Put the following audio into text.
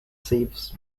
sieves